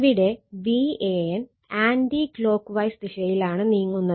ഇവിടെ Van anticlockwise ദിശയിലാണ് നീങ്ങുന്നത്